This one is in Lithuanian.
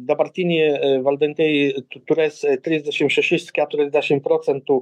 dabartiniai valdantieji tu turės trisdešim šešis keturiasdešim procentų